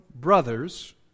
brothers